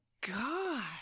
God